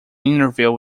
interview